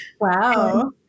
Wow